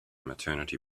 maternity